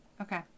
okay